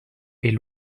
est